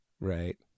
Right